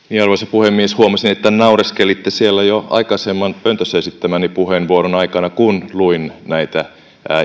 puhemies huomasin että naureskelitte siellä jo aikaisemman pöntössä esittämäni puheenvuoroni aikana kun luin näitä